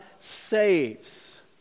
saves